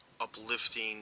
uplifting